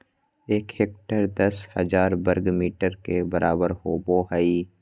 एक हेक्टेयर दस हजार वर्ग मीटर के बराबर होबो हइ